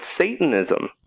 Satanism